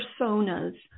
personas